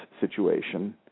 situation